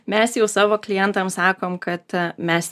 mes jau savo klientam sakom kad mes